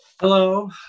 Hello